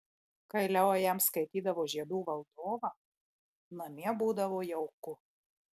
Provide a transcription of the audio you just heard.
kai leo jam skaitydavo žiedų valdovą namie būdavo jauku